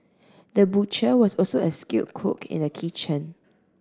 the butcher was also a skilled cook in the kitchen